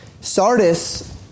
Sardis